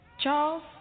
Charles